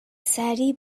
سریع